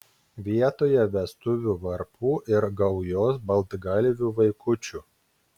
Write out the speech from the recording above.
vietoje vestuvių varpų ir gaujos baltgalvių vaikučių